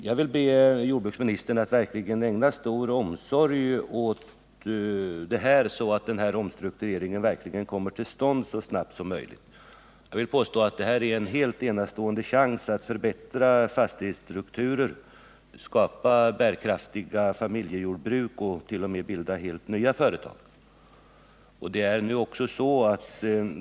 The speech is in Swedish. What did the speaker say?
Jag vill be jordbruksministern att verkligen ägna stor omsorg åt detta, så att den aktuella omstruktureringen verkligen kommer till stånd så snabbt som möjligt. Jag vill påstå att vi här har en alldeles enastående chans att förbättra fastighetsstrukturen, skapa bärkraftiga familjejordbruk och t.o.m. bilda helt nya företag.